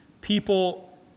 People